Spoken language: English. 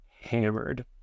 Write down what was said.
hammered